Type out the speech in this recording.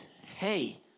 hey